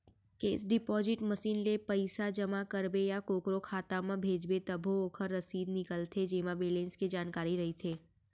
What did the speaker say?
cash deposit machine ले पइसा जमा करबे या कोकरो खाता म भेजबे तभो ओकर रसीद निकलथे जेमा बेलेंस के जानकारी रइथे